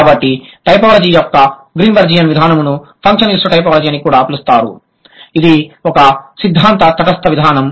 కాబట్టి టైపోలాజీ యొక్క గ్రీన్బెర్జియన్ విధానంను ఫంక్షనలిస్ట్ టైపోలాజీ అని కూడా పిలుస్తారు ఇది ఒక సిద్ధాంత తటస్థ విధానం